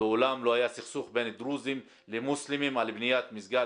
לעולם לא היה סכסוך בין דרוזים למוסלמים על בניית מסגד